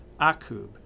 Akub